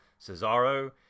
Cesaro